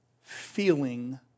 feeling